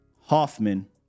Hoffman